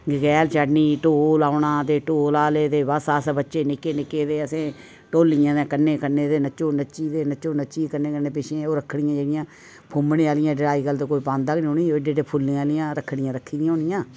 गगैल चढ़नी ढोल औना ते ढोल आह्ले ते बस असें निक्के निक्के बच्चें ढोलियें दे कन्नो कन्नै ते नच्चो नच्ची ते कन्नै नच्चो नच्ची ओह् रक्खड़ियां जेह्ड़ियां फुम्मने आह्लियां अज्जकल ते कोई पांदा गै नेईं उ'नेंगी ओह् ऐड्डे फुल्लें आह्लियां रक्खड़ियां रक्खी दियां होनियां